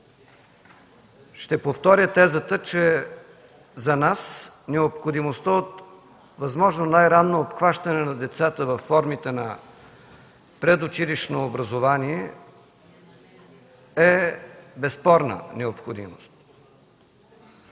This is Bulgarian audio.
Ще повторя тезата, че за нас необходимостта от възможно най-ранно обхващане на децата във формите на предучилищно образование е безспорна необходимост